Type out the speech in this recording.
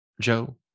Joe